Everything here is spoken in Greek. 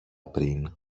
πριν